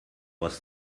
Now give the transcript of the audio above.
was